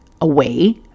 away